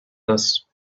this